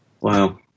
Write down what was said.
wow